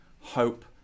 hope